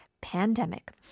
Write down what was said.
pandemic